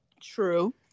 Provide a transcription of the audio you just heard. True